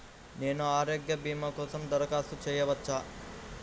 నేను ఆరోగ్య భీమా కోసం దరఖాస్తు చేయవచ్చా?